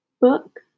book